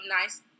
nice